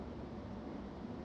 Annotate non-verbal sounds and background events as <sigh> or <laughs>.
<laughs>